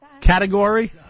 category